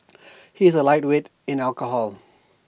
he is A lightweight in alcohol